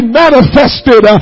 manifested